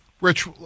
Rich